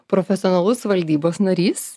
profesionalus valdybos narys